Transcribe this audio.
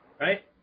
right